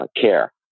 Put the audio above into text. care